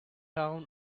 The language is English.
town